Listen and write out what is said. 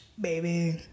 baby